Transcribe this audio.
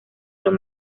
los